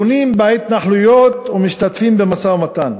בונים בהתנחלויות ומשתתפים במשא-ומתן.